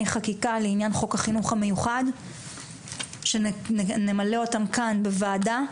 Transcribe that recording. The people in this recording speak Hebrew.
חקיקה לעניין חוק החינוך המיוחד שנמלא אותם כאן בוועדה,